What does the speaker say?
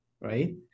right